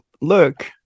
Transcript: look